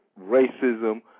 racism